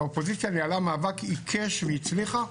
האופוזיציה ניהלה מאבק עיקש והיא הצליחה,